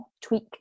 tweak